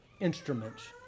instruments